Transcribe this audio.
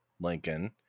Lincoln